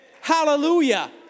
Hallelujah